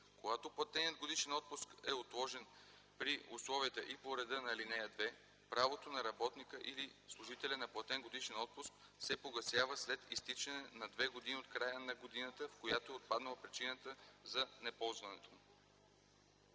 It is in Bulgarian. Когато платеният годишен отпуск е отложен при условията и по реда на ал. 2, правото на работника или служителя на платен годишен отпуск се погасява след изтичане на две години от края на годината, в която е отпаднала причината за неползването